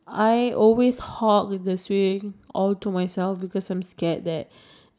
no no no I don't think I don't think um it's the same one I'm talking about